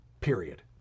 Period